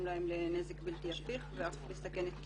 להם לנזק בלתי הפיך ואף לסכן את קיומם.